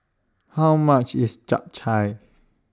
How much IS Chap Chai